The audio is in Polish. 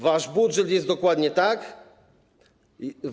Wasz budżet jest dokładnie taki.